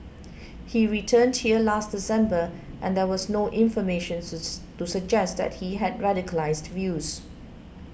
he returned here last December and there was no information to suggest that he had radicalised views